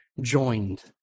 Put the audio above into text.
joined